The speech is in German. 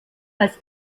als